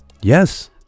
yes